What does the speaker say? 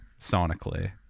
sonically